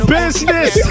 business